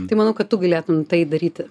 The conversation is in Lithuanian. tai manau kad tu galėtum tai daryti